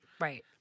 right